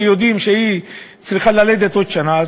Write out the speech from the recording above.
שיודעים שהיא צריכה ללדת עוד שנה,